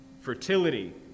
Fertility